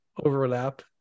overlap